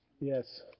Yes